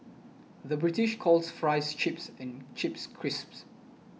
the British calls Fries Chips and Chips Crisps